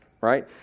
right